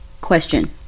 Question